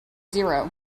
zero